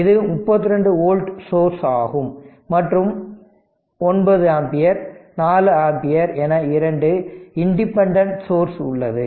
இது 32 volt source ஆகும் மற்றும் 9 ஆம்பியர் 4 ஆம்பியர் என 2 இண்டிபெண்டன்ட் சோர்ஸ் உள்ளது